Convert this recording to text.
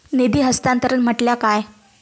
निधी हस्तांतरण म्हटल्या काय?